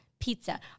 pizza